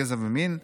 גזע ומין,